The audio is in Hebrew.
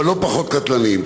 אבל לא פחות קטלניים.